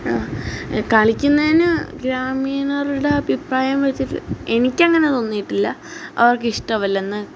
കളിക്കുന്നതിനു ഗ്രാമീണരുടെ അഭിപ്രായം വെച്ചിട്ട് എനിക്കങ്ങനെ തോന്നിയിട്ടില്ല അവർക്കിഷ്ടമല്ലെന്നു